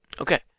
Okay